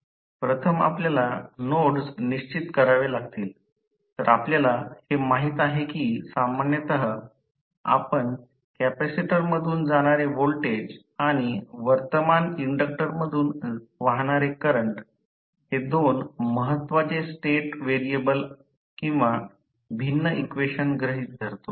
प्रथम आपल्याला नोड्स निश्चित करावे लागतील तर आपल्याला हे माहित आहे की सामान्यत आपण कॅपेसिटर मधून जाणारे व्होल्टेज आणि वर्तमान इंडक्टर मधून वाहणारे करंट हे दोन महत्वाचे स्टेट व्हेरिएबल्स किंवा भिन्न इक्वेशन गृहीत धरतो